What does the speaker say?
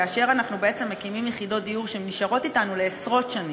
כאשר אנחנו בעצם מקימים יחידות דיור שנשארות אתנו לעשרות שנים,